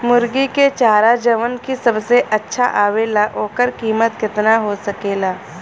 मुर्गी के चारा जवन की सबसे अच्छा आवेला ओकर कीमत केतना हो सकेला?